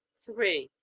three.